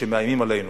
שמאיימים עלינו,